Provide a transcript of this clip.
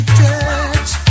touch